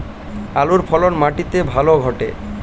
আলুর ফলন মাটি তে ভালো ঘটে?